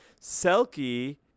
Selkie